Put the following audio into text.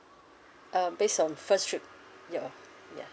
uh based on first trip ya ya